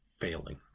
failing